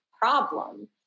problem